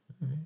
right